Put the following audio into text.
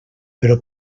però